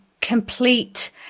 complete